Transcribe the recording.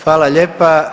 Hvala lijepa.